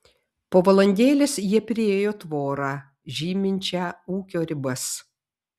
po valandėlės jie priėjo tvorą žyminčią ūkio ribas